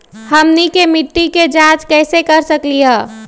हमनी के मिट्टी के जाँच कैसे कर सकीले है?